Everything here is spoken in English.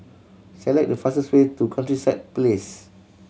select the fastest way to Countryside Place